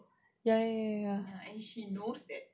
ya ya ya